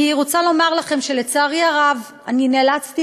אני רוצה לומר לכם שלצערי הרב נאלצתי